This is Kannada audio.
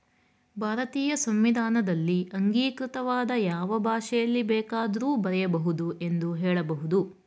ಭಾರತೀಯ ಸಂವಿಧಾನದಲ್ಲಿ ಅಂಗೀಕೃತವಾದ ಯಾವ ಭಾಷೆಯಲ್ಲಿ ಬೇಕಾದ್ರೂ ಬರೆಯ ಬಹುದು ಎಂದು ಹೇಳಬಹುದು